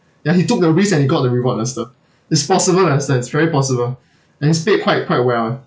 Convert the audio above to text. ya he took the risk and he got the reward lester it's possible lester it's very possible and he's paid quite quite well ah